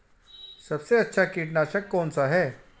सबसे अच्छा कीटनाशक कौन सा है?